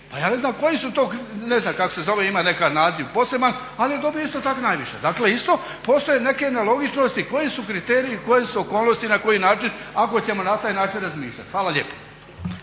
Pa ja ne znam koji su to, ne znam kako se zove, ima neki naziv poseban, ali je dobio isto tako najviše. Dakle, isto postoje neke nelogičnosti koji su kriteriji, koje su okolnosti, na koji način ako ćemo na taj način razmišljati. Hvala lijepo.